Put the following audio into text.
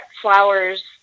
flowers